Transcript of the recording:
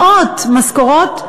מאות משכורות,